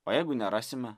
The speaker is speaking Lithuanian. o jeigu nerasime